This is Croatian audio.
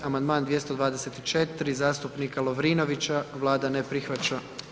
Amandman 224. zastupnika Lovrinovića, Vlada ne prihvaća.